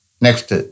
Next